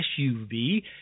SUV